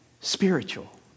spiritual